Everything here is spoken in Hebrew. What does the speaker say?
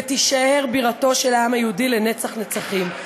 ותישאר בירתו של העם היהודי לנצח-נצחים.